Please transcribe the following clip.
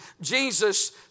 Jesus